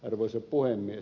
arvoisa puhemies